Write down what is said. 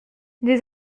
des